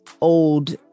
old